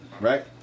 right